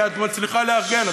כי את מצליחה לארגן,